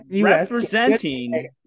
Representing